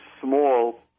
small